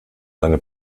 seine